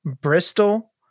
Bristol